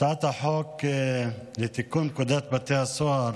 הצעת החוק לתיקון פקודת בתי הסוהר,